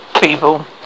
people